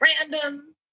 random